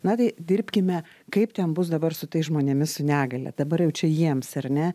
na tai dirbkime kaip ten bus dabar su tais žmonėmis su negalia dabar jau čia jiems ar ne